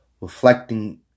reflecting